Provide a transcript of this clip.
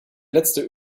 letzte